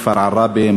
כפר עראבה,